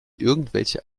irgendwelche